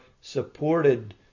supported